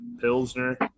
Pilsner